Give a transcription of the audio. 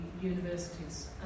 universities